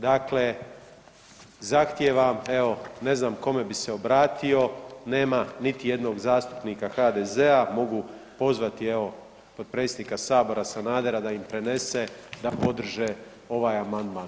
Dakle, zahtijevam evo ne znam kome bi se obratio, nema niti jednog zastupnika HDZ-a, mogu pozvati evo potpredsjednika sabora Sanadera da im prenese da podrže ovaj amandman.